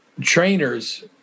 trainers